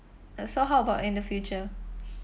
uh so how about in the future